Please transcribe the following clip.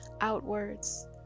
outwards